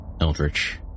Eldritch